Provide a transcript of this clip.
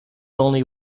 only